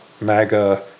MAGA